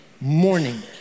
morning